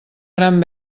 gran